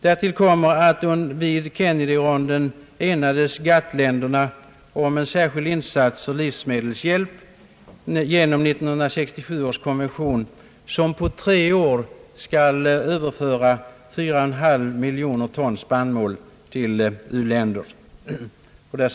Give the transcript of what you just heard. Därtill kommer att GATT-länderna vid Kennedy-ronden enades om en särskild insats för livsmedelshjälp genom 1967 års konvention, som på tre år skall överföra 4,5 miljoner ton spannmål till u-länder.